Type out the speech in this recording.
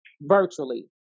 virtually